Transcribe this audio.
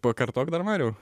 pakartok dar mariau